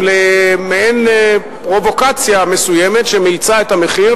למעין פרובוקציה מסוימת שמאיצה את המחיר,